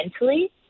mentally